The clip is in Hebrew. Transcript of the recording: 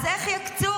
אז איך יקצו?